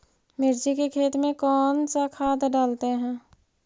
मिर्ची के खेत में कौन सा खाद डालते हैं?